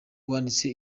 wanditse